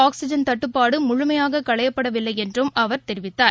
oxygen தட்டுப்பாடுமுழுமையாககளையப்படவில்லைஎன்றும் அவர் தெரிவித்தார்